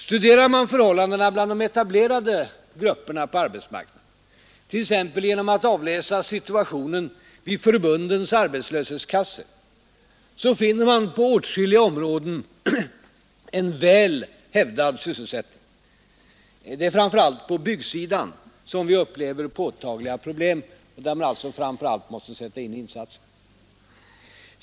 Studerar man förhållandena bland de etablerade grupperna på arbetsmarknaden, t.ex. genom att avläsa situationen vid förbundens arbetslöshetskassor, finner man på åtskilliga områden en väl hävdad sysselsättning. Det är framför allt på byggsidan som vi upplever påtagliga problem, och det är alltså särskilt där man måste sätta in insatserna.